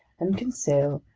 and conseil,